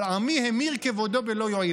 אבל עמי המיר כבודו בלא יועיל.